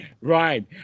right